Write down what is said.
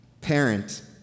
parent